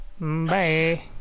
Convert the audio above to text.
Bye